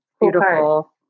beautiful